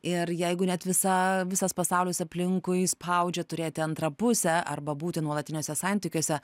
ir jeigu net visa visas pasaulis aplinkui spaudžia turėti antrą pusę arba būti nuolatiniuose santykiuose